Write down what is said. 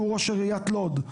שהוא ראש עיריית לוד,